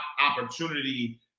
opportunity